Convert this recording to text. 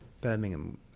Birmingham